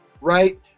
right